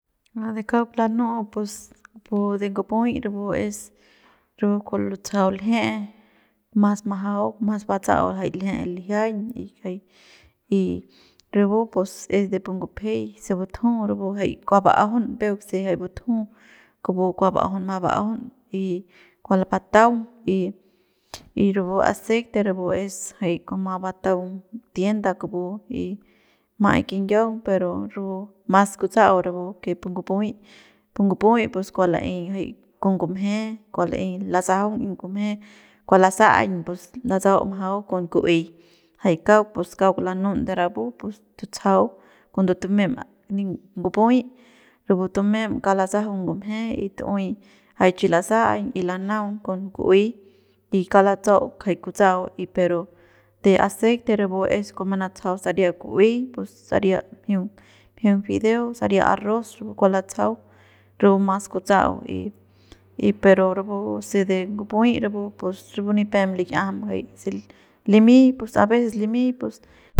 A de kauk lanu'u pus pu de ngupuy rapu es rapu kua lutsajau lje'e mas bajau mas batsa'au jay lje'e lijiañ y rapu pus es de pu ngupjei se batju rapu jay kua ba'ajaun peuk se jay batju kupu kua ba'ajaun ma ba'ajaun y kua la bataung y rapu aceite rapu es jay kua ma bataung tienda kupu y ma'ai kinyiaung per rapu mas kutsa'au rapu que pu ngupuy pu ngupuy pus kua la'ey jay con ngumje kua la'ey lasajaung ngumje kua lasa'aiñ pus latsau majau con ku'uey jay kauk pus kauk lanun de rapu pus tutsajau cuando tumem ngupuy kauk lasajaung ngumje y tu'ey jay chi lasa'aiñ y lanaung con ku'uey y kauk latsa'au kjai kutsa'au y pero de aceite de rapu es kua manatsajau saria ku'uey saria mjiung mjiung fideo saria arroz rapu kua latsajau rapu mas kutsa'au y y pero rapu se de ngupuyi rapu pus rapu nipep lik'iajam jay se limy pues aveces limy pus.